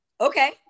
Okay